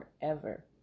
forever